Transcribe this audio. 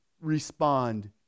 respond